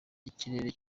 ikirere